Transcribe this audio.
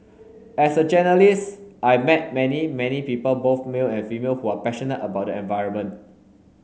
as a journalist I've met many many people both male and female who are passionate about the environment